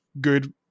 good